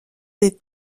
des